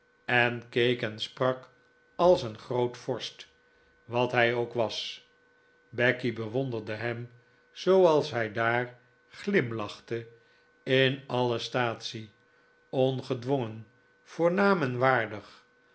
en sprak als een groot vorst wat hij ook was becky bewonderde hem zooals hij daar glimlachte in alle staatsie ongedwongen voornaam en waardig